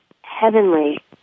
Heavenly